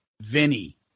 Vinny